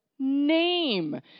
name